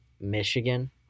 Michigan